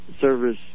service